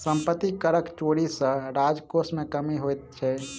सम्पत्ति करक चोरी सॅ राजकोश मे कमी होइत छै